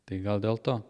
tai gal dėl to